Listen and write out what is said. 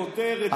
כותרת סתם.